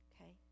Okay